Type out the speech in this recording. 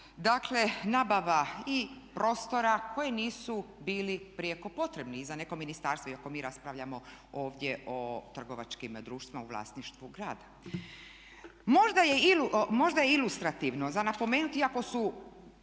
dakle nabava i prostora koji nisu bili prijeko potrebni i za neko ministarstvo iako mi raspravljamo ovdje o trgovačkim društvima u vlasništvu grada. Možda je ilustrativno za napomenuti iako su